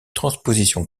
transposition